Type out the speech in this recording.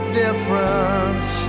difference